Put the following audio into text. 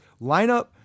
lineup